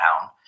town